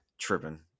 tripping